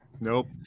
Nope